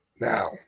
Now